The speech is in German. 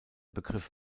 begriff